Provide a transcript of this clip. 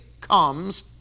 comes